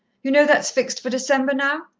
you know that's fixed for december now?